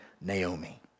Naomi